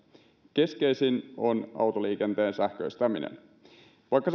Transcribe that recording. keskeisin on autoliikenteen sähköistäminen vaikka